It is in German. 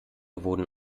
wurden